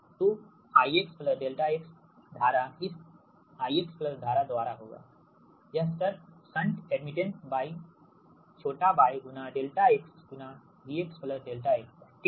तो I x ∆x धारा इस I प्लस धारा द्वारा होगा यह शंट एडमिटेंस y छोटा y ∆x V x ∆x हैठीक